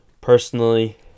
Personally